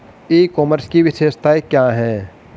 ई commerce की विशेषताएं क्या हैं?